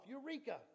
Eureka